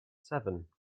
seven